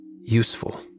useful